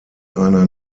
einer